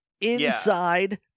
inside